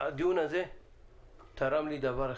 הדיון הזה תרם לי דבר אחד: